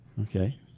Okay